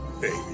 baby